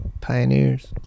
pioneers